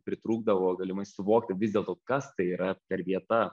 pritrūkdavo galimai suvokti vis dėl to kas tai yra per vieta